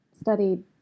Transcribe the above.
studied